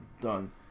done